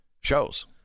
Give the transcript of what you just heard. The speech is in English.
shows